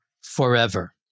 forever